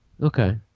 Okay